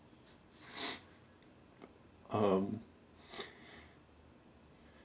um